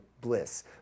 bliss